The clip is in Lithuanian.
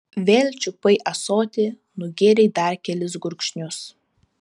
vėl čiupai ąsotį nugėrei dar kelis gurkšnius